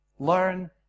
Learn